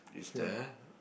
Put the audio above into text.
is there